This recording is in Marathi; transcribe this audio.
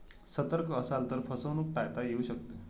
सतर्क असाल तर फसवणूक टाळता येऊ शकते